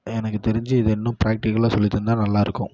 எனக்கு தெரிஞ்சு இது இன்னும் பிராக்டிக்கலாக சொல்லி தந்தா நல்லாயிருக்கும்